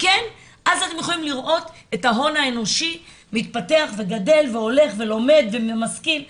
אז אתם יכולים לראות את ההון האנושי מתפתח וגדל והולך ולומד ומשכיל וכו'